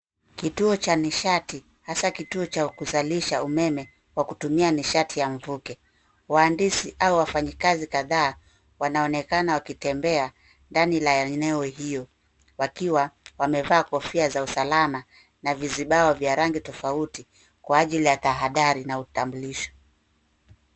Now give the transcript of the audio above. Kituo cha nishati, hasa kituo cha ukuzalisha umeme wa kutumia nishati ya mvuke. Waandisi au wafanyikazi kadhaa, wanaonekana wakitembea ndani la eneo hiyo, wakiwa wamevaa kofia za usalama na vizibawa vya rangi tofauti, kwa ajili ya tahadhari na utambulisho.